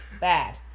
bad